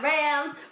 Rams